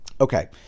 okay